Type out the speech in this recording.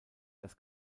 das